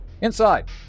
Inside